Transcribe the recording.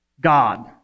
God